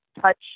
touch